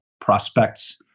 prospects